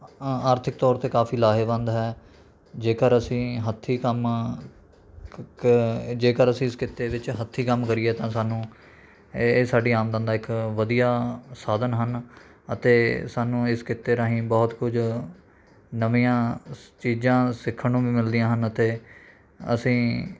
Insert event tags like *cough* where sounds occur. ਆਰਥਿਕ ਤੌਰ 'ਤੇ ਕਾਫੀ ਲਾਹੇਵੰਦ ਹੈ ਜੇਕਰ ਅਸੀਂ ਹੱਥੀਂ ਕੰਮ *unintelligible* ਜੇਕਰ ਅਸੀਂ ਇਸ ਕਿੱਤੇ ਵਿੱਚ ਹੱਥੀਂ ਕੰਮ ਕਰੀਏ ਤਾਂ ਸਾਨੂੰ ਇਹ ਸਾਡੀ ਆਮਦਨ ਦਾ ਇੱਕ ਵਧੀਆ ਸਾਧਨ ਹਨ ਅਤੇ ਸਾਨੂੰ ਇਸ ਕਿੱਤੇ ਰਾਹੀਂ ਬਹੁਤ ਕੁਝ ਨਵੀਆਂ *unintelligible* ਚੀਜ਼ਾਂ ਸਿੱਖਣ ਨੂੰ ਵੀ ਮਿਲਦੀਆਂ ਹਨ ਅਤੇ ਅਸੀਂ